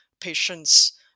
patients